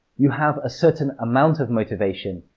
you have a certain amount of motivation,